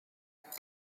doedd